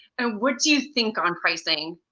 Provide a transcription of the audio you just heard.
and what do you think on pricing?